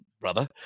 brother